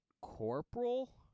corporal